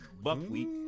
buckwheat